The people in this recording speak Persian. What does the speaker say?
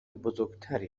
بزرگتری